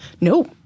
no